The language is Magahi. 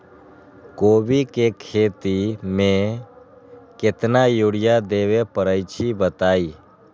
कोबी के खेती मे केतना यूरिया देबे परईछी बताई?